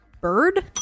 Bird